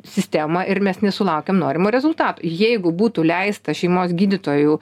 sistemą ir mes nesulaukiam norimo rezultato jeigu būtų leista šeimos gydytojų